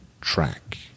track